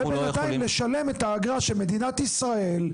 ובינתיים לשלם את האגרה שמדינת ישראל,